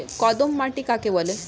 কর্দম মাটি কাকে বলে?